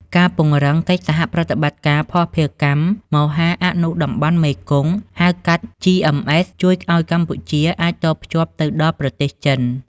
ការពង្រឹងកិច្ចសហប្រតិបត្តិការ "ភស្តុភារកម្មមហាអនុតំបន់មេគង្គ" ហៅកាត់ GMS ជួយឱ្យកម្ពុជាអាចតភ្ជាប់ទៅដល់ប្រទេសចិន។